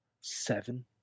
Seven